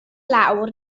lawr